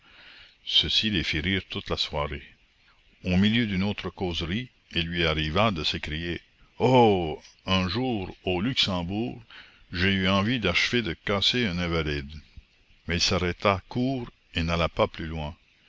ceci les fit rire toute la soirée au milieu d'une autre causerie il lui arriva de s'écrier oh un jour au luxembourg j'ai eu envie d'achever de casser un invalide mais il s'arrêta court et n'alla pas plus loin